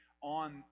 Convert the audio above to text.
on